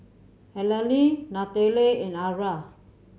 Allene Nataly and Arah